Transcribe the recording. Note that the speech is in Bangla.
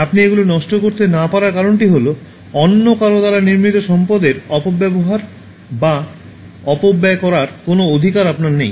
আপনি এগুলি নষ্ট করতে না পারার কারণটি হল অন্য কারও দ্বারা নির্মিত সম্পদের অপব্যবহার বা অপব্যয় করার কোনও অধিকার আপনার নেই